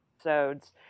episodes